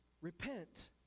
repent